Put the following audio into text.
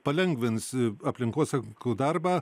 palengvins aplinkosaugininkų darbą